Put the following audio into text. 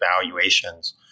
valuations